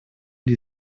die